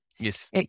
Yes